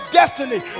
destiny